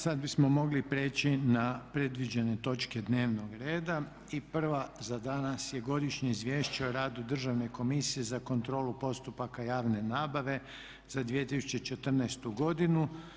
Sad bismo mogli prijeći na predviđene točke dnevnog reda i prva za danas je - Godišnje izvješće o radu Državne komisije za kontrolu postupaka javne nabave za 2014. godinu.